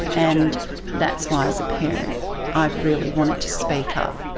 and that's why as a parent i've really wanted to speak up.